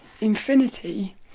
infinity